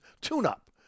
tune-up